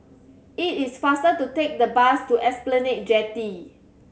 it is faster to take the bus to Esplanade Jetty